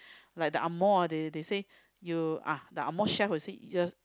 like the angmoh ah they they say you ah the angmoh chef will say just